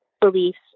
beliefs